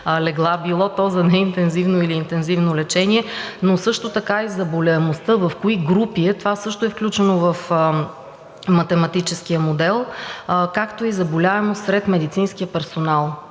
легла, било то за неинтензивно или интензивно лечение, но също така и заболяемостта в кои групи е. Това също е включено в математическия модел, както и заболяемостта сред медицинския персонал,